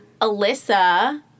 Alyssa